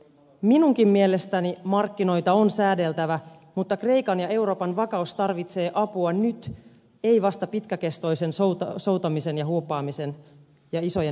minunkin mielestäni markkinoita on säädeltävä mutta kreikan ja euroopan vakaus tarvitsee apua nyt ei vasta pitkäkestoisen soutamisen ja huopaamisen ja isojen neuvotteluprosessien jälkeen